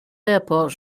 airport